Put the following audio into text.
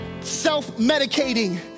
self-medicating